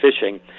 fishing